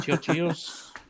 Cheers